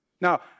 Now